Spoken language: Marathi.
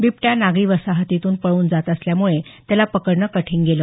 बिबट्या नागरी वसाहतींतून पळून जात असल्यामुळे त्याला पकडणे कठीण गेलं